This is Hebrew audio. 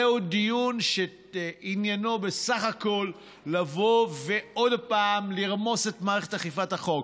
זהו דיון שעניינו בסך הכול לבוא ועוד פעם לרמוס את מערכת אכיפת החוק.